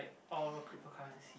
like all cryptocurrency